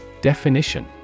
Definition